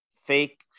fake